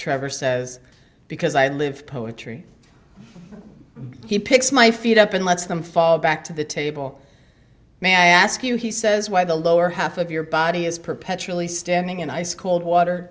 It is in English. trevor says because i live poetry he picks my feet up and lets them fall back to the table may i ask you he says why the lower half of your body is perpetually standing in ice cold water